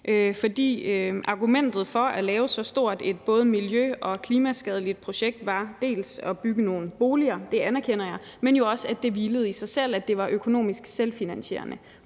for argumentet for at lave et så stort både miljø- og klimaskadeligt projekt var dels at bygge nogle boliger – det anerkender jeg – dels at det hvilede i sig selv, at det var økonomisk selvfinansierende.